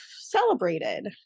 celebrated